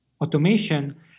automation